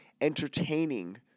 entertaining